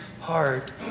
heart